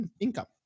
income